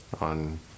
on